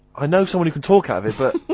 i know someone who can talk out of it but.